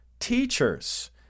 teachers